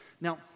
Now